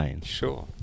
Sure